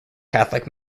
catholic